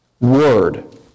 word